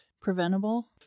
preventable